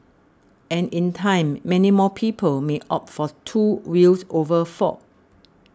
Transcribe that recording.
and in time many more people may opt for two wheels over four